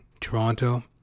Toronto